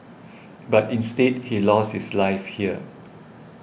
but instead he lost his life here